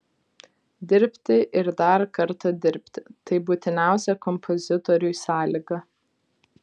dirbti ir dar kartą dirbti tai būtiniausia kompozitoriui sąlyga